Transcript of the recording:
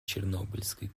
чернобыльской